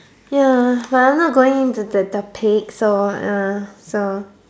ya but you're not going into the so uh so